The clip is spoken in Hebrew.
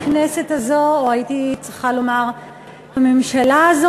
הכנסת הזאת או הייתי צריכה לומר הממשלה הזאת,